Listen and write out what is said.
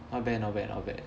not bad not bad not bad